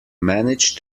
manage